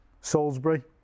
Salisbury